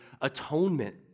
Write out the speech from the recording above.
atonement